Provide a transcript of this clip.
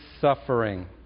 suffering